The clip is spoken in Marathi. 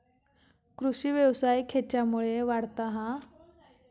कृषीव्यवसाय खेच्यामुळे वाढता हा?